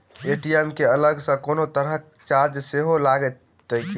ATM केँ अलग सँ कोनो तरहक चार्ज सेहो लागत की?